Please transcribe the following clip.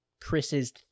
Chris's